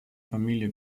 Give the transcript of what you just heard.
familie